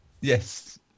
yes